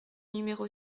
numéro